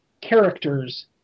characters